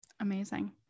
amazing